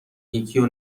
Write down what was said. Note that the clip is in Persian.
یکیو